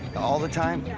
all the time?